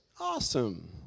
Awesome